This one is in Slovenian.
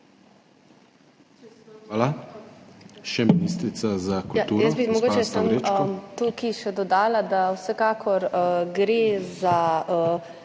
Hvala. Še ministrica za kulturo